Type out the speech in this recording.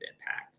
impact